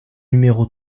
numéro